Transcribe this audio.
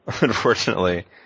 Unfortunately